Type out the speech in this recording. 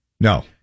No